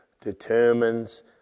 determines